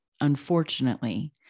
unfortunately